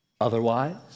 Otherwise